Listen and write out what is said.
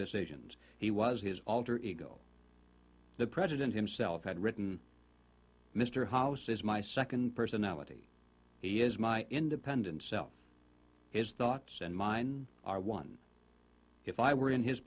decisions he was his alter ego the president himself had written mr house is my second personality he is my independent self his thoughts and mine are one if i were in his